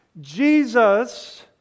Jesus